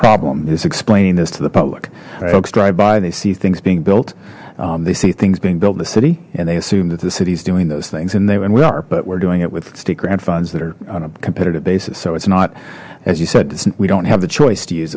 problem is explaining this to the public folks drive by they see things being built they see things being built in the city and they assume that the city is doing those things and they and we are but we're doing it with state grant funds that are on a competitive basis so it's not as you said we don't have the choice to use